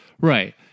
Right